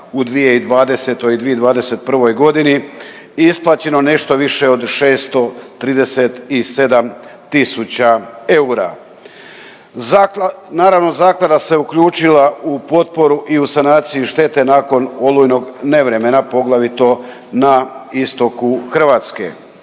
u 2020. i 2021. godini i isplaćeno nešto više od 637 tisuća eura. Zakla…, naravno zaklada se uključila u potporu i u sanaciju štete nakon olujnog nevremena poglavito na istoku Hrvatske.